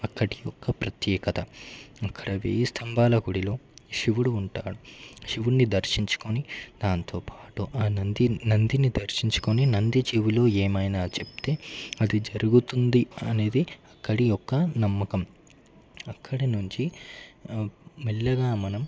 అక్కడి యొక్క ప్రత్యేకత అక్కడ వెయ్యి స్తంభాల గుడిలో శివుడు ఉంటాడు శివుని దర్శించుకుని దాంతోపాటు ఆ నంది నందిని దర్శించుకుని నంది చెవులో ఏమైనా చెప్తే అది జరుగుతుంది అనేది అక్కడి యొక్క నమ్మకం అక్కడ నుంచి మెల్లగా మనం